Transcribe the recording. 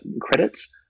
credits